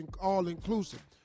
all-inclusive